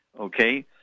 okay